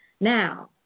Now